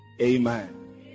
amen